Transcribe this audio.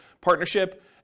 partnership